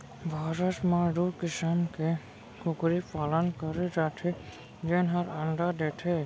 भारत म दू किसम के कुकरी पालन करे जाथे जेन हर अंडा देथे